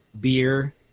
beer